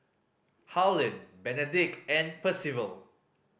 Harlen Benedict and Percival